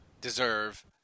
deserve